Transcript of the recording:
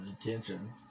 attention